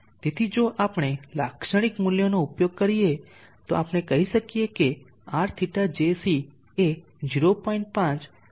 તેથી જો આપણે લાક્ષણિક મૂલ્યોનો ઉપયોગ કરીએ તો આપણે કહી શકીએ કે Rθjc એ 0